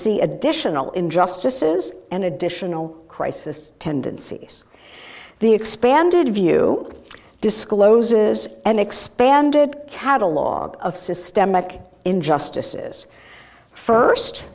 see additional injustices and additional crisis tendencies the expanded view discloses an expanded catalogue of systemic injustices